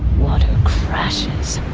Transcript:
water crashes,